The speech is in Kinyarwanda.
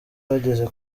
bageze